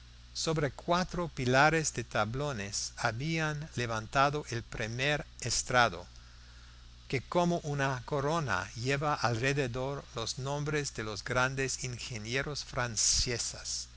sobre cuatro pilares de tablones habían levantado el primer estrado que como una corona lleva alrededor los nombres de los grandes ingenieros franceses